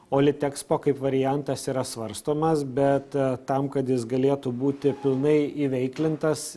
o litexpo kaip variantas yra svarstomas bet tam kad jis galėtų būti pilnai įveiklintas